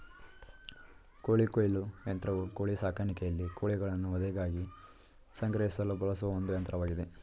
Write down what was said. ಕೋಳಿ ಕೊಯ್ಲು ಯಂತ್ರವು ಕೋಳಿ ಸಾಕಾಣಿಕೆಯಲ್ಲಿ ಕೋಳಿಗಳನ್ನು ವಧೆಗಾಗಿ ಸಂಗ್ರಹಿಸಲು ಬಳಸುವ ಒಂದು ಯಂತ್ರವಾಗಿದೆ